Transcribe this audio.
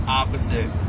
opposite